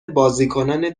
بازیکنان